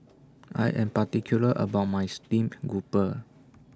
I Am particular about My Steamed Grouper